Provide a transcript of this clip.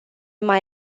mai